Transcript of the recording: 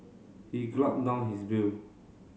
he down his bill